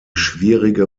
schwierige